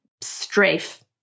strafe